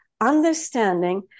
understanding